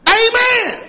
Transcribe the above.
amen